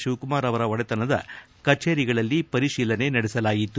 ಶಿವಕುಮಾರ್ ಅವರ ಒಡೆತನದ ಕಚೇರಿಗಳಲ್ಲಿಯೂ ಪರಿಶೀಲನೆ ನಡೆಸಲಾಯಿತು